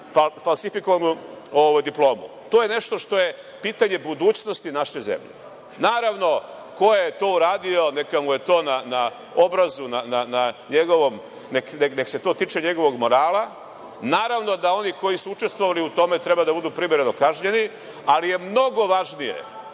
falsifikovanu diplomu. To je nešto što je pitanje budućnosti naše zemlje. Naravno, ko je to uradio neka mu je na obrazu, neka se to tiče njegovog morala. Naravno da oni koji su učestvovali u tome treba da budu primereno kažnjeni, ali je mnogo važnije